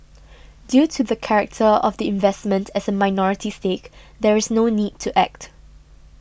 due to the character of the investment as a minority stake there is no need to act